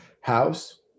house